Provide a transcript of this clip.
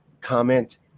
comment